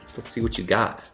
let's see what you got.